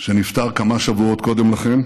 שנפטר כמה שבועות קודם לכן,